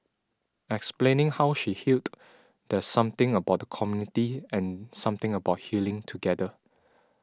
explaining how she healed there's something about the community and something about healing together